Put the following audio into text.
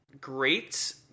Great